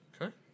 Okay